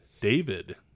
David